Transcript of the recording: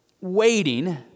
waiting